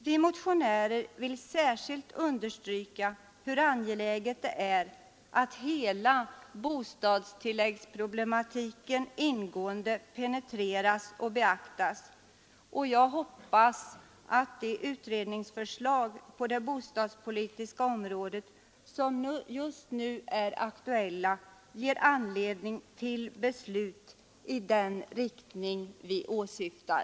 Vi motionärer vill särskilt understryka hur angeläget det är att hela bostadstilläggsproblematiken ingående penetreras och beaktas. Jag hoppas att de utredningsförslag på det bostadspolitiska området som just nu är aktuella ger anledning till beslut i den riktning vi åsyftar.